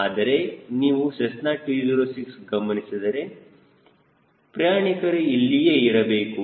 ಆದರೆ ನೀವು ಸೆಸ್ನಾ206 ಗಮನಿಸಿದರೆ ಪ್ರಯಾಣಿಕರು ಇಲ್ಲಿಯೇ ಇರಬೇಕು